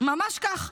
ממש כך.